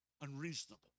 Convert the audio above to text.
Unreasonable